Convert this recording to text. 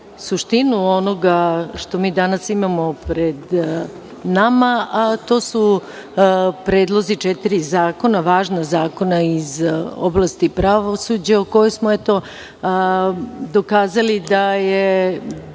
suštinu onoga što mi danas imamo pred nama, a to su predlozi četiri važna zakona iz oblasti pravosuđa, gde smo dokazali, bez